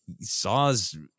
Saw's